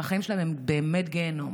והחיים שלהן הם באמת גיהינום,